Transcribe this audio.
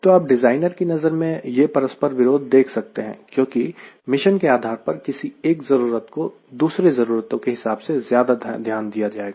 तो आप डिज़ाइनर की नजर मैं यह परस्पर विरोध देख सकते हैं क्योंकि मिशन के आधार पर किसी एक जरूरत को दूसरे जरूरतों के हिसाब से ज्यादा ध्यान दिया जाएगा